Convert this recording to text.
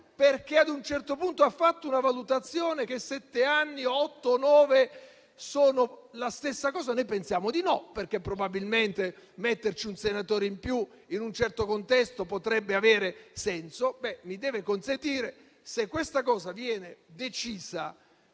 perché ad un certo punto ha fatto una valutazione che sette, otto o nove senatori sono la stessa cosa, noi pensiamo di no, perché probabilmente metterci un senatore in più in un certo contesto potrebbe avere senso, ebbene - me lo deve consentire - se questa cosa viene decisa